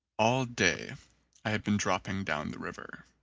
all day i had been dropping down the river.